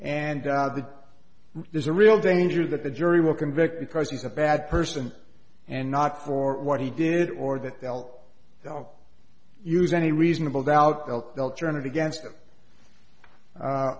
and there's a real danger that the jury will convict because he's a bad person and not for what he did or that they'll use any reasonable doubt they'll they'll turn it against